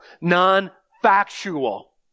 non-factual